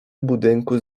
budynku